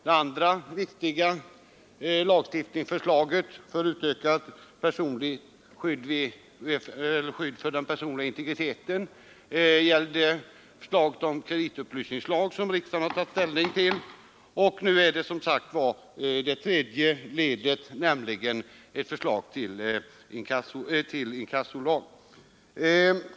Det andra ledet var förslaget till kreditupplysningslag, som riksdagen i år har tagit ställning till. Nu följer alltså det tredje ledet, nämligen ett förslag till inkassolag.